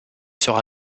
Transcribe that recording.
sera